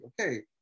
okay